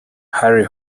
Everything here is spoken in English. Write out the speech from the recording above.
harry